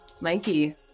Mikey